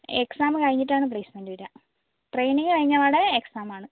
exam കഴിഞ്ഞിട്ടാണ് placement വരിക training കഴിഞ്ഞപാടെ എക്സാമാണ്